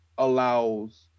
allows